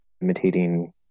imitating